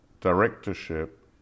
directorship